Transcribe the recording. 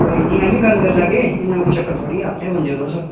कोई नी आइयै गल्ल करी लैगे इन्ना कोई चक्कर थोह्ड़ी ऐ अपने बंदे ओ तुस